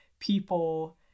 People